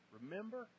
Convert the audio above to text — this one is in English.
Remember